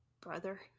brother